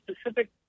specific